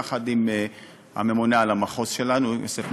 יחד עם הממונה שלנו על המחוז יוסף מישלב.